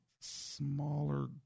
smaller